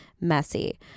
messy